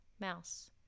mouse